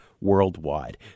worldwide